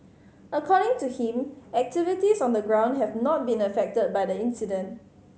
according to him activities on the ground have not been affected by the incident